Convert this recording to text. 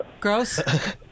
Gross